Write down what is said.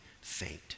faint